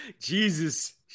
jesus